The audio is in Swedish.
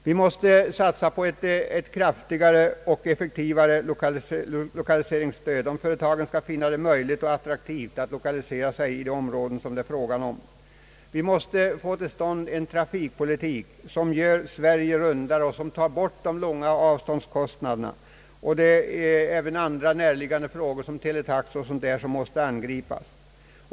Vi måste satsa på ett kraftigare och effektivare lokaliseringsstöd, om företagen skall finna det möjligt och attraktivt att lokalisera sig i de områden som det är fråga om. Vi måste få till stånd en trafikpolitik som gör Sverige rundare och som tar bort de höga avståndskostnaderna. Även andra närliggande frågor, teletaxor och sådant, måste angripas.